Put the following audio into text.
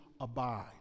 abide